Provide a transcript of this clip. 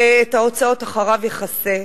ואת ההוצאות אחריו יכסה.